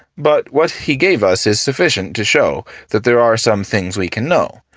but what he gave us is sufficient to show that there are some things we can know,